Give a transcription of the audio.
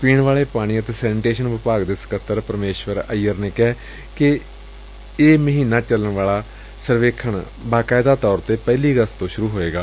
ਪੀਣ ਵਾਲੇ ਪਾਣੀ ਅਤੇ ਸੈਨੀਟੇਸ਼ਨ ਵਿਭਾਗ ਦੇ ਸਕੱਤਰ ਪਰਮੇਸ਼ਵਰ ਅਈਅਰ ਨੇ ਕਿਹੈ ਕਿ ਇਹ ਮਹੀਨਾ ਚੱਲਣ ਵਾਲਾ ਇਹ ਸਰਵੇਖਣ ਬਾਕਾਇਦਾ ਤੌਰ ਤੇ ਪਹਿਲੀ ਅਗਸਤ ਤੋ ਸ਼ੁਰੂ ਹੋਵੇਗਾ